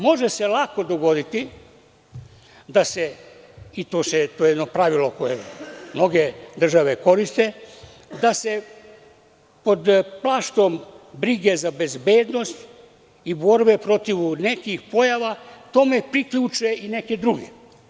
Može se lako dogoditi, i to je jedno pravilo koje mnoge države koriste, da se pod plaštom brige za bezbednost i borbe protiv nekih pojava tome priključe i neki drugi.